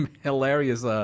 hilarious